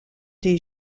des